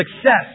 success